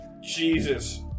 Jesus